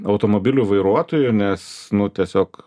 automobilių vairuotojų nes nu tiesiog